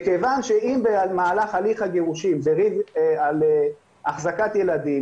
מכיוון שאם במהלך הליך הגירושין בריב על החזקת ילדים,